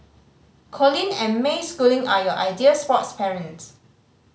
Colin and May Schooling are your ideal sports parents